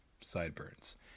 Sideburns